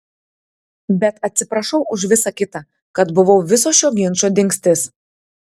bet atsiprašiau už visa kita kad buvau viso šio ginčo dingstis